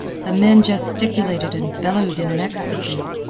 the men gesticulated and bellowed in an ecstasy.